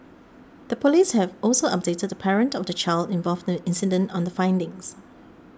the police have also updated the parent of the child involved in the incident on the findings